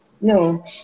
no